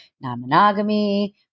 non-monogamy